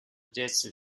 jesuit